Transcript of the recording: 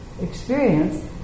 experience